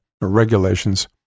regulations